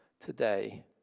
today